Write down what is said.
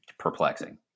perplexing